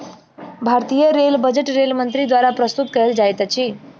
भारतीय rail budget rail मंत्री द्वारा प्रस्तुत कयल जाइत अछि